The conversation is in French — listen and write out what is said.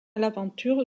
l’aventure